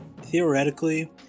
theoretically